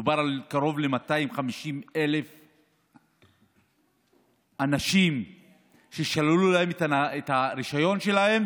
מדובר על קרוב ל-250,000 אנשים ששללו את הרישיון שלהם